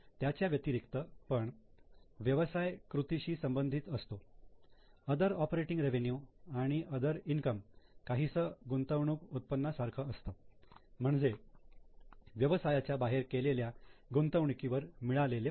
त्याच्या व्यतिरिक्त पण व्यवसाय कृतीशी संबंधित असतो अदर ऑपरेटिंग रेवेन्यू आणि अदर इनकम काहीसं गुंतवणूक उत्पन्ना सारख असतं म्हणजे व्यवसायाच्या बाहेर केलेल्या गुंतवणुकीवर मिळालेले पैसे